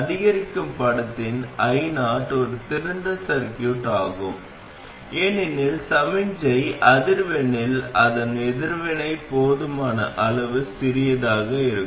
அதிகரிக்கும் படத்தில் Io ஒரு திறந்த சர்கியூட் ஆகும் ஏனெனில் சமிக்ஞை அதிர்வெண்ணில் அதன் எதிர்வினை போதுமான அளவு சிறியதாக இருக்கும்